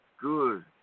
Good